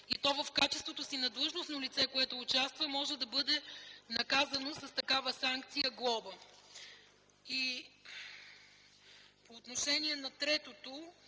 и то в качеството си на длъжностно лице, което участва, може да бъде наказано с такава санкция - „глоба”. По отношение на третото